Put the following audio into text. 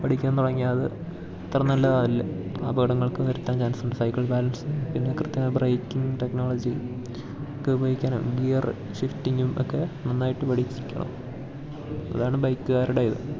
പഠിക്കാൻ തുടങ്ങിയ അത് അത്ര നല്ലതല്ല അപകടങ്ങൾക്ക് വരുത്താൻ ചാൻസുണ്ട് സൈക്കിൾ ബാലൻസ് പിന്നെ കൃത്യമായ ബ്രേക്കിങ് ടെക്നോളജി ഒക്കെ ഉപയോഗിക്കാനും ഗിയർ ഷിഫ്റ്റിങ്ങും ഒക്കെ നന്നായിട്ട് പഠിച്ചിരിക്കണം അതാണ് ബൈക്കുകാരുടെ ഇത്